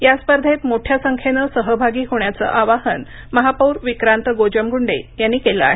या स्पर्धेत मोठ्या संख्येने सहभागी होण्याचेचं आवाहन महापौर विक्रांत गोजमगुंडे यांनी केलं आहे